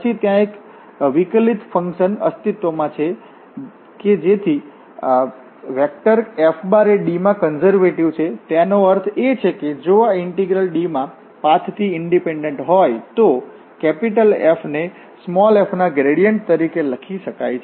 પછી ત્યાં એક વિકલીત ફંક્શન અસ્તિત્વમાં છે કે જેથી F એ D માં કન્ઝર્વેટિવ છે તેનો અર્થ એ છે કે જો આ ઇન્ટીગ્રલ D માં પાથથી ઈંડિપેંડન્ટ હોય તો જ F ને f ના ગ્રેડિયન્ટ તરીકે લખી શકાય છે